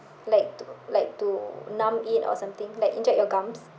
like to like to numb it or something like inject your gums